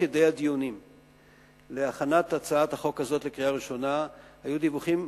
בדיונים להכנת הצעת החוק הזאת לקריאה ראשונה היו דיווחים